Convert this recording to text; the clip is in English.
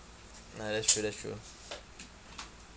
ya that's true that's true